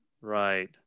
Right